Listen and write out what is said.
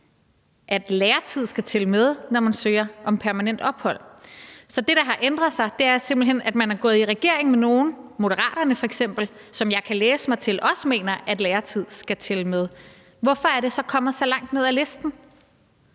at læretid skal tælle med, når man søger om permanent ophold. Så det, der har ændret sig, er simpelt hen, at man er gået i regering med nogle, Moderaterne f.eks., som jeg kan læse mig til også mener at læretid skal tælle med. Hvorfor er det så kommet så langt ned ad listen?